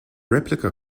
replica